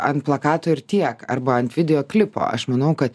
ant plakato ir tiek arba ant videoklipo aš manau kad